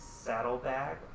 Saddlebag